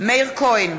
מאיר כהן,